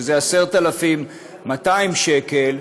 שזה 10,200 שקל,